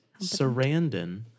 Sarandon